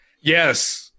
Yes